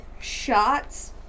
Shots